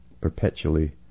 perpetually